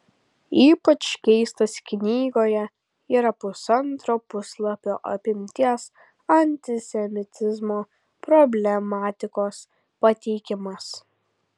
ypač keistas knygoje yra pusantro puslapio apimties antisemitizmo problematikos pateikimas